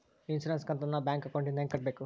Insurance ಕಂತನ್ನ bank ಅಕೌಂಟಿಂದ ಹೆಂಗ ಕಟ್ಟಬೇಕು?